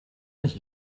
nicht